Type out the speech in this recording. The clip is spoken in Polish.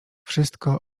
wszystko